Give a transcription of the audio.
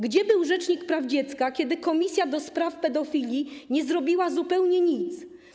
Gdzie był rzecznik praw dziecka, kiedy komisja do spraw pedofilii nie zrobiła zupełnie nic?